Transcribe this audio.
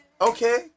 Okay